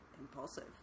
impulsive